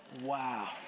Wow